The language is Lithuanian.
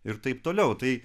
ir taip toliau tai